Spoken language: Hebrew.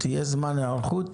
היערכות, יהיה זמן היערכות.